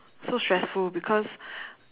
so stressful because